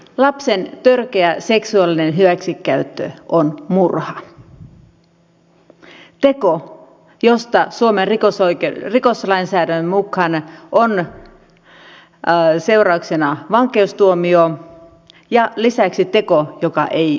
lapsen törkeä seksuaalinen hyväksikäyttö on murha teko josta suomen rikoslainsäädännön mukaan on seurauksena vankeustuomio ja lisäksi teko joka ei vanhene